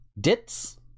dits